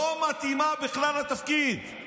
לא מתאימה בכלל לתפקיד.